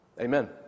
Amen